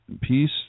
peace